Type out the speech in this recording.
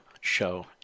show